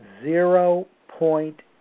zero-point